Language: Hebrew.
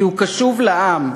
כי הוא קשוב לעם.